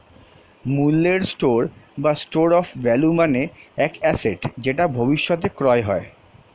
মূল্যের স্টোর বা store of value মানে এক অ্যাসেট যেটা ভবিষ্যতে ক্রয় হয়